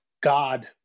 God